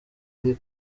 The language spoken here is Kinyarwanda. iri